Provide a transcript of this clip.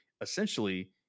essentially